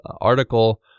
article